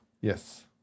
Yes